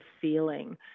feeling